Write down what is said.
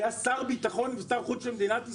שהיה גם שר ביטחון ושר חוץ של מדינת ישראל,